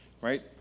right